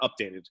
updated